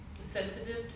sensitive